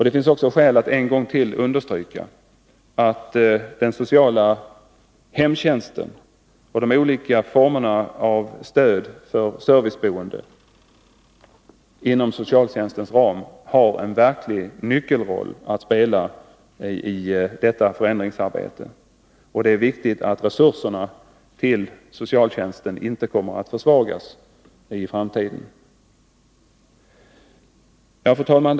Det finns också skäl att en gång till understryka att den sociala hemtjänsten och de olika formerna av stöd för serviceboende inom socialtjänstens ram har en verklig nyckelroll att spela i detta förändringsarbete. Det är viktigt att resurserna till socialtjänsten inte kommer att försvagas i framtiden. Fru talman!